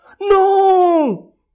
No